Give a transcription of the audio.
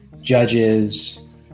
judges